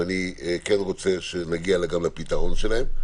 ואני כן רוצה שנגיע גם לפתרון שלהן,